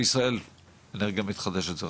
והן יודעות לעשות את זה.